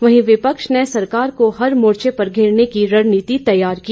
वहीं विपक्ष ने सरकार हर मोर्चे पर घेरने की रणनीति तैयार की